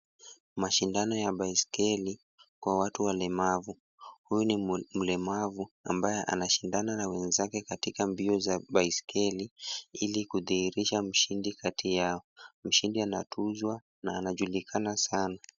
Mashindano ya baiskeli kwa watu walemavu. Huyu ni mlemavu ambaye anashindana na wenzake katika mbio za baiskeli ili kudhihirisha mshindi kati yao. Mshindi anatuzwa na anajulikana sana.